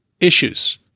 issues